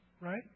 right